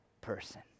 person